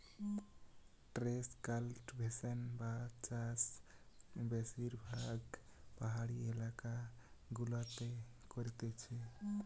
terrace cultivation বা চাষ বেশিরভাগ পাহাড়ি এলাকা গুলাতে করতিছে